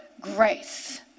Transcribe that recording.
grace